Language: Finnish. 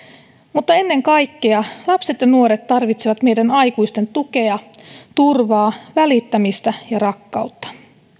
mutta ennen kaikkea lapset ja nuoret tarvitsevat meidän aikuisten tukea turvaa välittämistä ja rakkautta